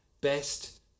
best